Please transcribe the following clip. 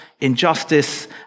injustice